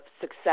success